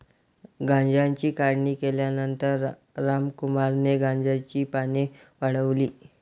गांजाची काढणी केल्यानंतर रामकुमारने गांजाची पाने वाळवली